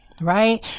right